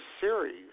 Series